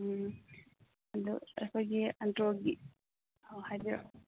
ꯎꯝ ꯑꯗꯨ ꯑꯩꯈꯣꯏꯒꯤ ꯑꯟꯗ꯭ꯔꯣꯒꯤ ꯑꯣ ꯍꯥꯏꯕꯤꯔꯛꯑꯣ